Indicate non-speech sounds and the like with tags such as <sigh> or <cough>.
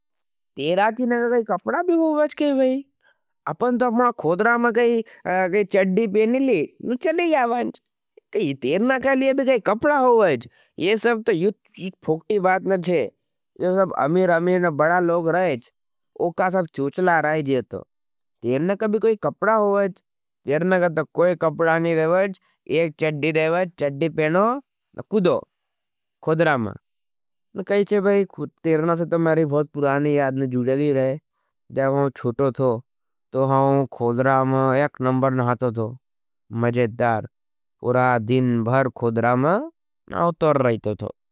तेरा के लिए कोई कपड़ा भी हो वाज़ की भाई। अपन तो अपना खोदरा में कोई चड़ी पेने ली नु चली जा वाज़। कोई तेरना के लिए भी कोई कपड़ा हो वाज़। ये सब तो इत फोक्टी बात न छे। ये सब अमीर अमीर बड़ा लोग रहेज। उका सब चोचला रहेज ये तो। तेरना के लिए कोई कपड़ा हो वाज़। तेरना के लिए कोई कपड़ा नहीं रहेज। एक चड़ी रहेज, चड़ी पेनो न कुदो <hesitation> खोदरा में। ने कई टेरने से तो महरी पुरानी याद ने जुडी रहे। जब हम छोटी थो तब हम खोदरो में या क्लंबर नहातो थो मजेदार। पूरा दिन खोदरआ में तरतो रहतो थो।